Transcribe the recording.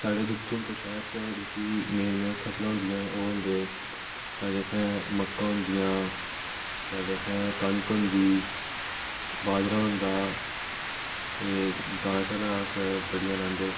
साढ़े इत्थें धुप्प शैह्र च जेह्की मेन मेन फसलां होंदियां ओह् होंदे साढ़े इत्थें मक्कां होंदियां फिर इत्थें कनक होंदी बाजरा होंदा एह् दालां शालां अस बड़ियां रांह्दे